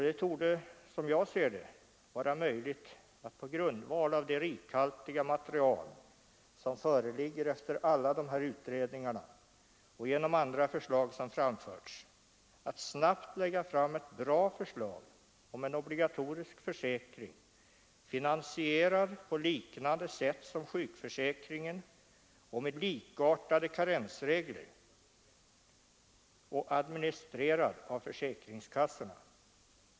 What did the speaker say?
Det torde, som jag ser det, vara möjligt att på grundval av det rikhaltiga material som föreligger efter alla dessa utredningar och genom andra förslag som framförts snabbt lägga fram ett bra förslag om en obligatorisk försäkring, finansierad på liknande sätt som sjukförsäkringen med likartade karensregler och administrerad av försäkringskassorna.